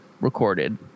recorded